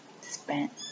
spent